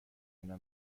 اینا